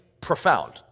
profound